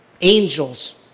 angels